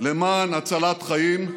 למען הצלת חיים,